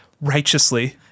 righteously